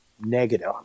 Negative